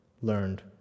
learned